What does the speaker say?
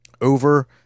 over